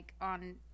on